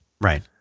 Right